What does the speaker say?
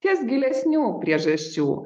ties gilesnių priežasčių